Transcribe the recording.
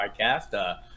podcast